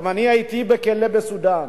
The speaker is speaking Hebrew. גם הייתי בכלא בסודן.